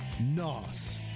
NOS